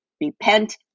repent